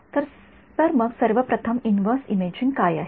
तर मग सर्व प्रथम इन्व्हर्स इमेजिंग काय आहे